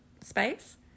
space